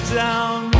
down